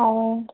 অঁ